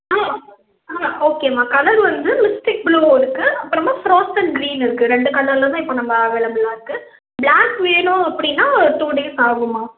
ஆ ஆ ஓகேம்மா கலர் வந்து திக் ப்ளூ இருக்கு அப்பறமாக ஃப்ராஸன் க்ரீன் இருக்கு ரெண்டு கலர்ல தான் இப்போ நம்ப அவைலபிளாக இருக்கு ப்ளாக் வேணும் அப்படின்னா ஒரு டூ டேஸ் ஆகும்மா